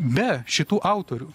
be šitų autorių